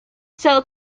sell